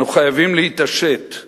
אנו חייבים להתעשת,